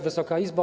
Wysoka Izbo!